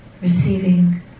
receiving